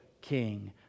king